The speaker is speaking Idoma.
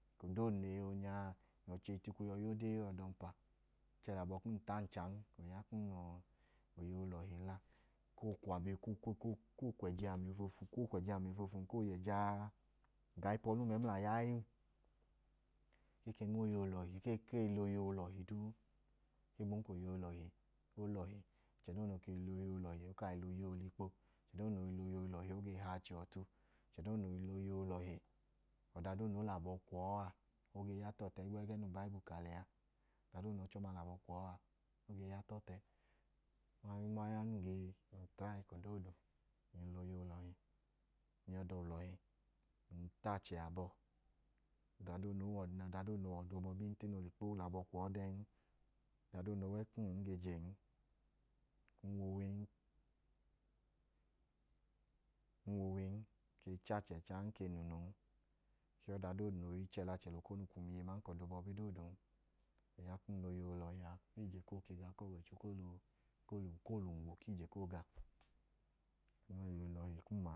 Eko doodu nẹ eyi yọi nya a, ng yọi cheyitikwu yọi ya ode ee aman ka ọda ọmpa. Ng chẹ lẹ abọ kum koo ta anchan, oya kum lẹ oyeyi olọhi la. Ko koo kwẹji ami ofoofum n, koo yẹ jaa ga ayim mẹmla ayaayim. Ka e ke ma oyeyi olọhi. Kee la oyeyi olọhi duu. Ohigbun ka oyeyi olọhio lọhi. Ọchẹ doodu noo i la oyeyi olọhi, o kaa i la oyeyi olikpo. Ọchẹ doodu noo i la oyeyi olọhi, o ge hẹ achẹ ọtu. Ọchẹ doodu noo i la oyeyi olọhi, ọda doodu no lẹ abọ kwu ọọ a, o i ya lọọlọhi, ẹgẹẹ nẹ ubayibu ka lẹ a. Ọda doodu nẹ ọchẹ ọma lẹ abọ kwu ọọ a, o ge ya tọọtẹ. Ọma ya nẹ eko doodu num i la oyeyi olọhi a. Ng ta achẹ abọ. Ọda doodu noo wẹ ọda obọbi, ng tine oolẹ ikpo, ng lẹ abọ kwu ọọ dẹẹn. Ọda doodu no wẹ ẹkum n ng ge jen. Ng wi uwin, ng ke i cha achẹ ẹchan, ng ke i nunun. Ọda doodu no i chẹ lẹ achẹ lẹ okonu kwum iye n aman ka ọda obọbi doodun. Oya kum la oyeyi olọhi a. O ya ku ije koo ga. Ku ọwọicho koo lẹ um gwu ku ije koo ga. Ọma wẹ oyeyi olọhi kum a.